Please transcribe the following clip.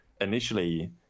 initially